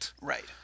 Right